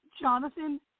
Jonathan